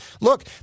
look